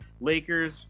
Lakers